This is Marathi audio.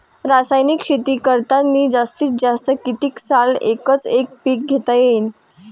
रासायनिक शेती करतांनी जास्तीत जास्त कितीक साल एकच एक पीक घेता येईन?